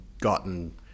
gotten